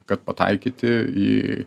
kad pataikyti į